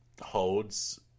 holds